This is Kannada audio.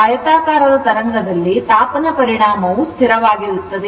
ಆಯತಾಕಾರದ ತರಂಗದಲ್ಲಿ ತಾಪನ ಪರಿಣಾಮವು ಸ್ಥಿರವಾಗಿರುತ್ತದೆ